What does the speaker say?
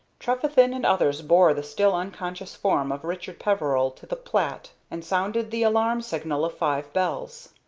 trefethen and others bore the still unconscious form of richard peveril to the plat, and sounded the alarm signal of five bells.